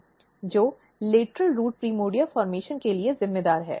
जो lateral root primordia गठन के लिए जिम्मेदार है